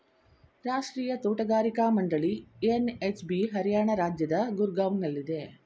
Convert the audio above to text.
ರಾಷ್ಟ್ರೀಯ ತೋಟಗಾರಿಕಾ ಮಂಡಳಿ ಎನ್.ಎಚ್.ಬಿ ಹರಿಯಾಣ ರಾಜ್ಯದ ಗೂರ್ಗಾವ್ನಲ್ಲಿದೆ